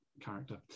character